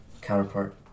counterpart